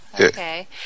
okay